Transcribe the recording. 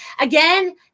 again